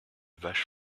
vache